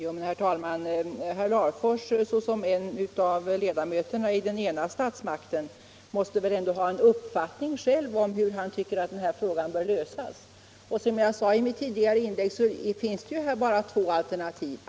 Herr talman! Herr Larfors, såsom en av ledamöterna i den ena statsmakten, måste väl ändå själv ha en uppfattning om hur den här frågan bör lösas. Och som jag sade i mitt tidigare inlägg finns det ju bara två alternativ.